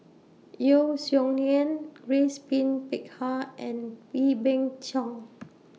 Yeo Song Nian Grace Pin Peck Ha and Wee Beng Chong